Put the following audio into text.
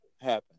happen